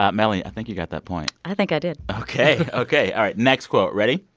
ah melanie, i think you got that point i think i did ok, ok. all right. next quote. ready?